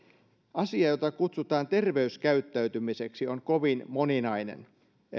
asia jota kutsutaan terveyskäyttäytymiseksi on kovin moninainen